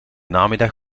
namiddag